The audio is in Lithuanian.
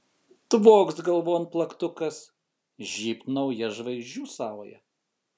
tvokst galvon plaktukas žybt nauja žvaigždžių sauja